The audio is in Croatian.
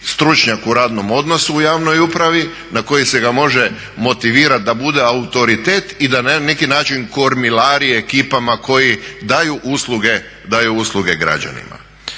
stručnjak u radnom odnosu u javnom upravi na koji se ga može motivirati da bude autoritet i da na neki način kormilari ekipama koji daju usluge građanima.